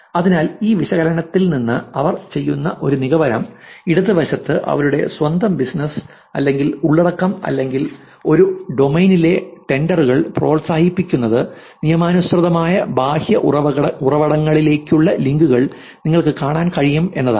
അതിനാൽ ഈ വിശകലനത്തിൽ നിന്ന് അവർ ചെയ്യുന്ന ഒരു നിഗമനം ഇടതുവശത്ത് അവരുടെ സ്വന്തം ബിസിനസ്സ് അല്ലെങ്കിൽ ഉള്ളടക്കം അല്ലെങ്കിൽ ഒരു ഡൊമെയ്നിലെ ട്രെൻഡുകൾ പ്രോത്സാഹിപ്പിക്കുന്നത് നിയമാനുസൃതമായ ബാഹ്യ ഉറവിടങ്ങളിലേക്കുള്ള ലിങ്കുകൾ നിങ്ങൾക്ക് കാണാൻ കഴിയും എന്നതാണ്